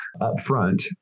upfront